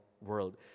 world